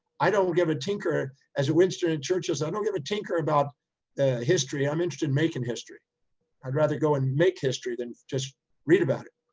i don't give a tinker as a winster in churches. i don't give a tinker about history. i'm interested in making history i'd rather go and make history than just read about it.